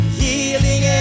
healing